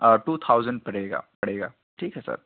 to thousand پڑے گا پڑے گا ٹھیک ہے سر